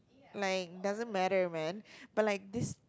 like it doesn't matter man but like this